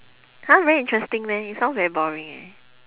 !huh! very interesting meh it sounds very boring eh